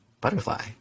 butterfly